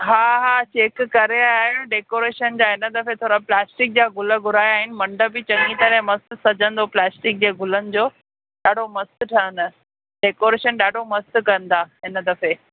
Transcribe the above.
हा हा चैक करे आया आहियूं डेकोरेशन जा हिन दफ़े थोरा प्लास्टिक जा गुल घुराया आहिनि मंडप बि चङी तरह मस्तु सजंदो प्लास्टिक जे गुलनि जो ॾाढो मस्तु ठहंदा डेकोरेशन ॾाढो मस्तु कंदा हिन दफ़े